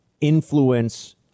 influence